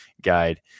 guide